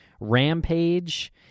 Rampage